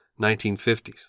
1950s